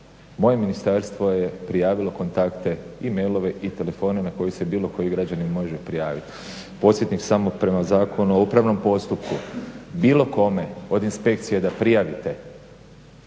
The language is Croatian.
Moje ministarstvo je prijavilo kontakte i mailove i telefone na koje se bilo koji građanin može prijaviti. Podsjetnik samo, prema Zakonu o upravnom postupku bilo kome od inspekcije da prijavite